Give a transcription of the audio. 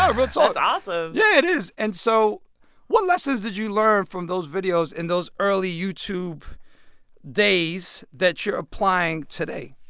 yeah that's that's awesome yeah, it is. and so what lessons did you learn from those videos, in those early youtube days, that you're applying today?